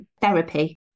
therapy